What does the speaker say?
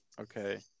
Okay